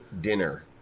dinner